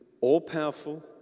all-powerful